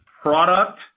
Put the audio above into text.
product